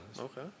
Okay